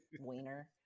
wiener